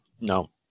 no